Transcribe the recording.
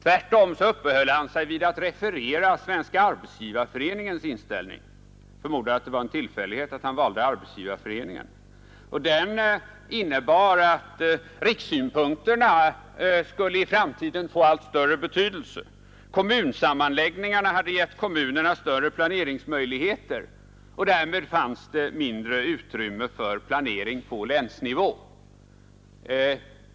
Tvärtom uppehöll han sig vid att referera Svenska arbetsgivareföreningens inställning — jag förmodar att det var en tillfällighet att han valde Arbetsgivareföreningen — och den innebar att rikssynpunkterna skulle i framtiden få allt större betydelse. Kommunsammanläggningarna hade gett kommunerna större planeringsmöjligheter och därmed fanns det mindre utrymme för planering på länsnivå.